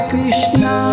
Krishna